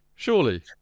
Surely